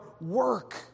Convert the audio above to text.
work